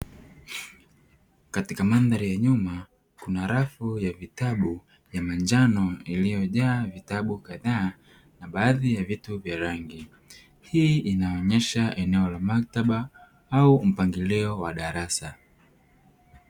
Katika mandhari ya nyuma kuna rafu ya vitabu vya manjano, iliyo jaa vitabu kadhaa na baadhi ya vitu vya rangi. Hii inaonyesha eneo la maktaba au mpangilio wa darasa.